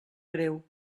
greu